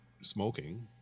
smoking